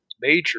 major